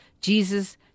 Jesus